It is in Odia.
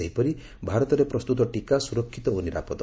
ସେହିପରି ଭାରତରେ ପ୍ରସ୍ତୁତ ଟିକା ସୁରକ୍ଷିତ ଓ ନିରାପଦ